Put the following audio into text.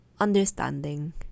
understanding